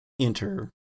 enter